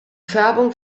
färbung